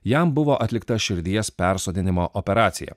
jam buvo atlikta širdies persodinimo operacija